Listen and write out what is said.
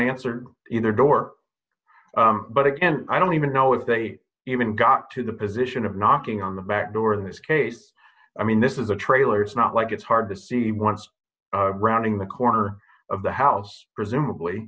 answered in their door but again i don't even know if they even got to the position of knocking on the back door in this case i mean this is the trailers not like it's hard to see once rounding the corner of the house presumably